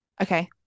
Okay